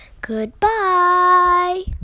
Goodbye